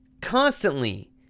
constantly